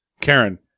Karen